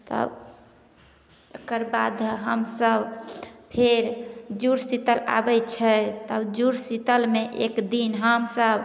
तब एकर बाद हमसब फेर जुड़ शीतल आबै छै तब जुड़ शीतलमे एक दिन हमसब